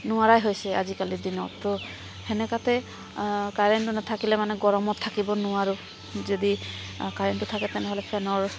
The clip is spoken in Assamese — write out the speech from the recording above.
নোৱাৰাই হৈছে আজিকালি দিনতো সেনেকুৱাতে কাৰেণ্টটো নাথাকিলে মানে গৰমত থাকিব নোৱাৰোঁ যদি কাৰেণ্টটো থাকে তেনেহ'লে ফেনৰ